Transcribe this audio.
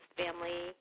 family